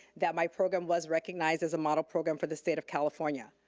that my program was recognized as a model program for the state of california.